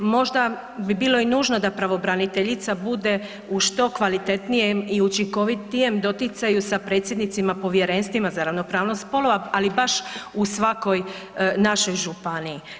Možda bi bilo i nužno da pravobraniteljica bude u što kvalitetnijem i učinkovitijem doticaju sa predsjednicima povjerenstvima za ravnopravnost spolova, ali baš u svakoj našoj županiji.